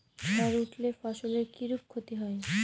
ঝড় উঠলে ফসলের কিরূপ ক্ষতি হয়?